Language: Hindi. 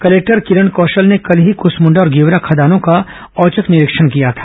कलेक्टर किरण कौशल ने कल ही कुसमृण्डा और गेवरा खदानों का औचक निरीक्षण किया था